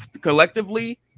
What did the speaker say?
collectively